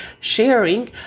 sharing